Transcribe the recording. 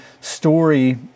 story